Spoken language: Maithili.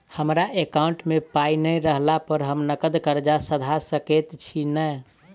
हमरा एकाउंट मे पाई नै रहला पर हम नगद कर्जा सधा सकैत छी नै?